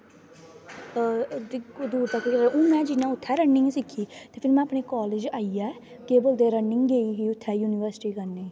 दूर तक हून जि'यां में उत्थै रनिंग सिक्खी ते फिर में अपने कालेज आइयै केह् बोलदे रनिंग गेई उठी उत्थै युनिवर्सिटी करने गी